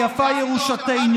ומה יפה ירושתנו.